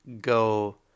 go